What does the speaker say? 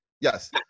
Yes